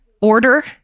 order